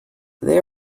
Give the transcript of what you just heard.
they